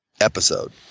episode